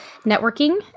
networking